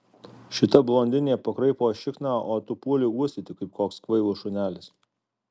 šita blondinė pakraipo šikną o tu puoli uostyti kaip koks kvailas šunelis